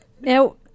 Now